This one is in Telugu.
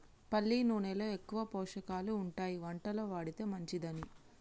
పల్లి నూనెలో ఎక్కువ పోషకాలు ఉంటాయి వంటలో వాడితే మంచిదని